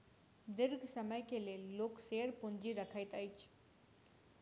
दीर्घ समय के लेल लोक शेयर पूंजी रखैत अछि